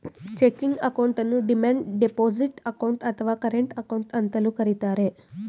checking ಅಕೌಂಟನ್ನು demand deposit account, ಅಥವಾ current account ಅಂತಲೂ ಕರಿತರೆ